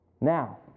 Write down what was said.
Now